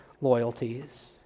loyalties